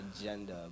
agenda